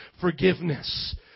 forgiveness